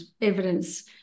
evidence